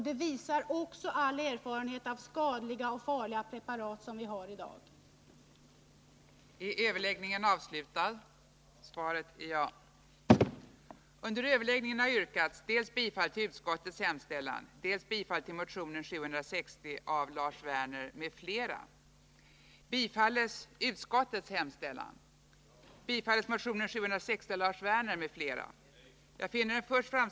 Det visar all erfarenhet av de skadliga och farliga preparat som vi i dag har.